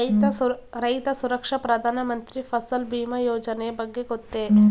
ರೈತ ಸುರಕ್ಷಾ ಪ್ರಧಾನ ಮಂತ್ರಿ ಫಸಲ್ ಭೀಮ ಯೋಜನೆಯ ಬಗ್ಗೆ ಗೊತ್ತೇ?